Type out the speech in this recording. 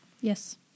Yes